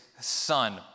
son